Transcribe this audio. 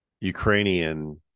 Ukrainian